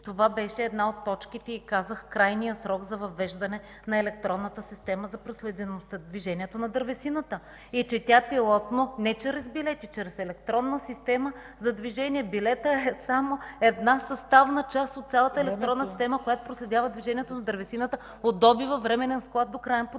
това беше една от точките и казах крайния срок за въвеждане на Електронната система за проследяване движението на дървесината. Тя е пилотна, не чрез билети, чрез електронна система за движение. Билетът е само една съставна част от цялата електронна система, която проследява движението на дървесината от добива, временен склад до краен потребител.